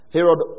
Herod